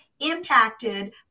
impacted